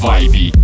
Vibe